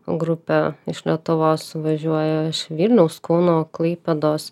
grupė iš lietuvos suvažiuoja iš vilniaus kauno klaipėdos